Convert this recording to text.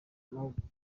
amahugurwa